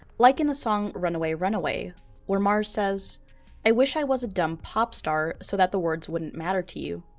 like in the song runaway runaway where mars says i wish i was a dumb pop star so that the words wouldn't matter to you.